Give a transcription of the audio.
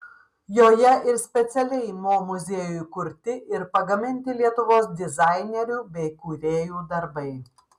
joje ir specialiai mo muziejui kurti ir pagaminti lietuvos dizainerių bei kūrėjų darbai